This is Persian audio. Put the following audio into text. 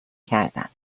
کردن